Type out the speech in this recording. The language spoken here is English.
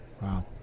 Wow